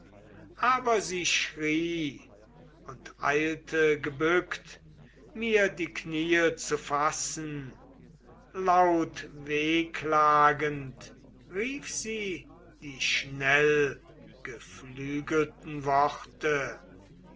aber sie schrie und eilte gebückt mir die kniee zu fassen laut wehklagend rief sie die schnellgeflügelten worte